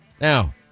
Now